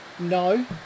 no